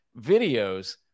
videos